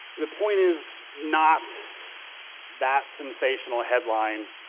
the point is not that sensational headline,